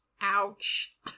ouch